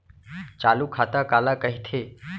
चालू खाता काला कहिथे?